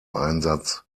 einsatz